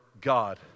God